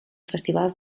festivals